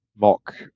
mock